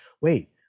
wait